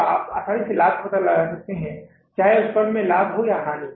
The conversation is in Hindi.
आप आसानी से लाभ का पता लगा सकते हैं चाहे उस फर्म में लाभ या हानि हो